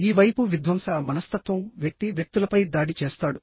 ఈ వైపుః విధ్వంసక మనస్తత్వం వ్యక్తి వ్యక్తులపై దాడి చేస్తాడు